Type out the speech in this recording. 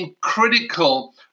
critical